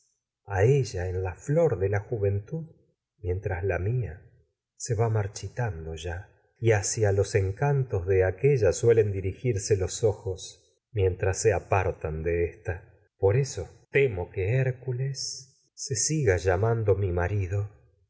conyugal veo además a ella en ventud mientras la mía se va marchitando ya y hacia los encantos de aquélla suelen dirigirse los ojos mien temo que tras se apartan de ésta por eso hércules se tragedias de sófocles siga llamando mi marido